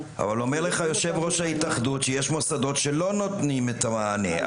--- אבל אומר לך יושב-ראש ההתאחדות שיש מוסדות שלא נותנים את המענה.